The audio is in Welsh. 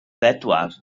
bedwar